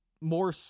more